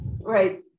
Right